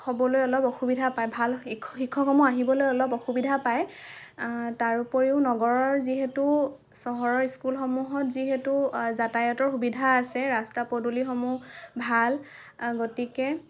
হ'বলৈ অলপ অসুবিধা পায় ভাল শিক্ষকসমূহ আহিবলৈ অলপ অসুবিধা পায় তাৰোপৰিও নগৰৰ যিহেতু চহৰৰ স্কুলসমূহত যিহেতু যাতায়াতৰ সুবিধা আছে ৰাস্তা পদূলিসমূহ ভাল গতিকে